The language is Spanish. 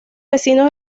vecinos